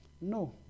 No